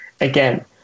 again